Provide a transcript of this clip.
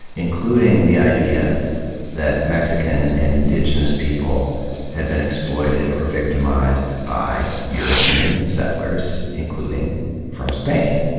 including the idea that mexican and indigenous people had been exploited or victimized by european settlers, including from spain.